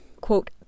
quote